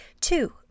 Two